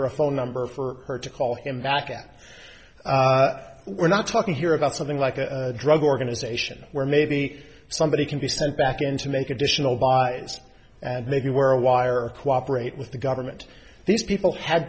her a phone number for her to call him back at we're not talking here about something like a drug organization where maybe somebody can be sent back in to make additional and maybe wear a wire cooperate with the government these people had